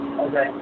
okay